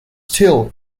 steel